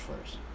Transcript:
first